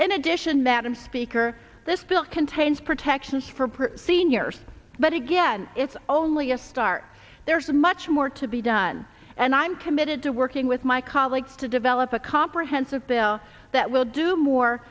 in addition madam speaker this bill contains protections for proof seniors but again it's only a start there is much more to be done and i'm committed to working with my colleagues to develop a comprehensive bill that will do more